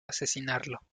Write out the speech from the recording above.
asesinarlo